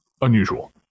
unusual